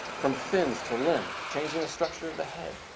from fins to limbs. changing the structure of the head.